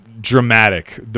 dramatic